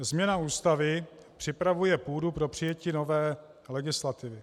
Změna Ústavy připravuje půdu pro přijetí nové legislativy.